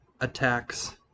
attacks